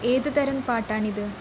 ഏത് തരം പാട്ടാണിത്